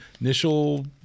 initial